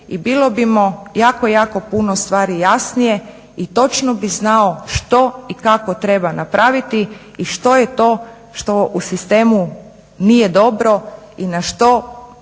i bili bi mu jako, jako puno stvari jasnije i točno bi znao što i kako treba napraviti i što je to što u sistemu nije dobro i na što